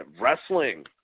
wrestling